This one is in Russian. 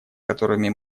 которыми